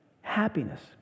happiness